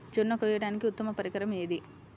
జొన్న కోయడానికి ఉత్తమ పరికరం ఏది?